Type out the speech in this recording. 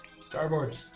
Starboard